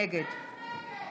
נגד את נגד?